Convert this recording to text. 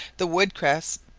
the wood-cress,